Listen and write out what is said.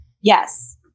Yes